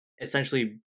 essentially